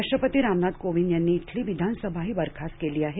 राष्ट्रपती रामनाथ कोविंद यांनी इथली विधानसभाही बरखास्त केली आहे